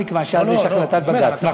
מכיוון שאז יש החלטת בג"ץ.